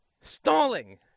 Stalling